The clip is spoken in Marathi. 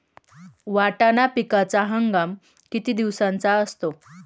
वाटाणा पिकाचा हंगाम किती दिवसांचा असतो?